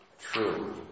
true